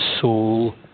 soul